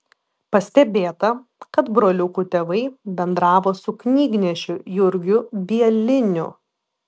pastebėta kad broliukų tėvai bendravo su knygnešiu jurgiu bieliniu